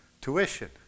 Tuition